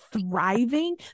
thriving